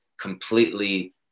completely